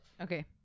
Okay